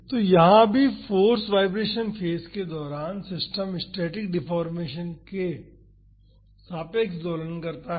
तो यहाँ भी फाॅर्स वाईब्रेशन फेज के दौरान सिस्टम स्टैटिक डेफोर्मेशन के सापेक्ष दोलन करता है